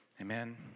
amen